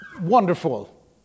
wonderful